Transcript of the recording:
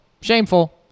Shameful